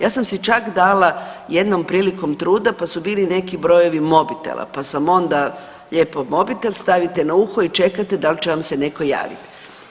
Ja sam si čak dala jednom prilikom truda pa su bili neki brojevi mobitela pa sam onda lijepo mobitel, stavite na uho i čekate dal će vam se netko javiti.